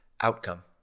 outcome